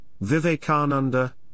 Vivekananda